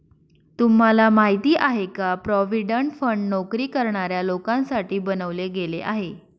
तुम्हाला माहिती आहे का? प्रॉव्हिडंट फंड नोकरी करणाऱ्या लोकांसाठी बनवले गेले आहे